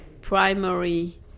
primary